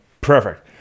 perfect